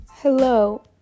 hello